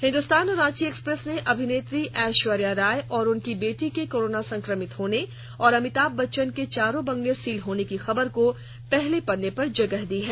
हिंदुस्तान और रांची एक्सप्रेस ने अभिनेत्री ऐश्वर्या राय और उनकी बेटी के कोरोना संक्रमित होने और अमिताभ बच्चन के चारों बंगले सील होने की खबर को पहले पन्ने पर जगह दी है